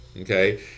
Okay